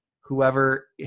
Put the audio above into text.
whoever